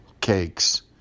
Cakes